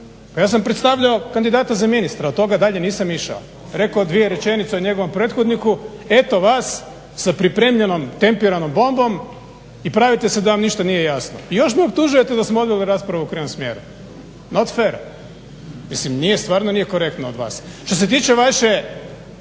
Pa ja sam predstavljao kandidata za ministra, od toga dalje nisam išao, rekao dvije rečenice o njegovom prethodniku, eto vas sa pripremljenom tempiranom bombom i pravite se da vam ništa nije jasno i još me optužujete da sam odveo raspravu u krivom smjeru. Not fair. Mislim stvarno nije korektno od vas. Što se tiče vaše